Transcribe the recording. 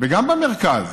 גם במרכז,